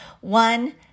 One